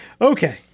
Okay